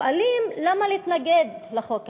שואלים, למה להתנגד לחוק הזה?